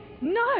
No